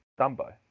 Dumbo